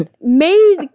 Made